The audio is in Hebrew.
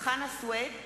חנא סוייד,